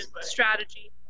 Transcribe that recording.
strategy